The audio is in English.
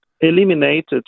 eliminated